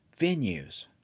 venues